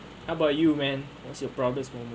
how about you man what's your proudest moment